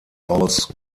aus